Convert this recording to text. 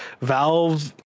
Valve